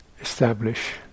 establish